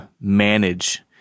manage